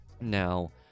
Now